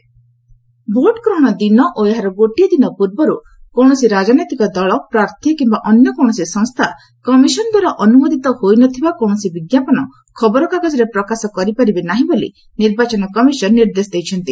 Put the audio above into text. EC ଆଡ୍ସ ଭୋଟ୍ ଗ୍ରହଣ ଦିନ ଓ ଏହାର ଗୋଟିଏ ଦିନ ପୂର୍ବରୁ କୌଣସି ରାଜନୈତିକ ଦଳ ପ୍ରାର୍ଥୀ କିମ୍ବା ଅନ୍ୟ କୌଣସି ସଂସ୍ଥା କମିଶନ ଦ୍ୱାରା ଅନୁମୋଦିତ ହୋଇନଥିବା କୌଣସି ବିଜ୍ଞାପନ ଖବରକାଗଜରେ ପ୍ରକାଶ କରିପାରିବେ ନାହିଁ ବୋଲି ନିର୍ବାଚନ କମିଶନ ନିର୍ଦ୍ଦେଶ ଦେଇଛି